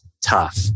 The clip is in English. tough